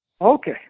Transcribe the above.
Okay